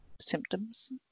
symptoms